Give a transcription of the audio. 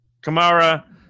Kamara